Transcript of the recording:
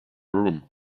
room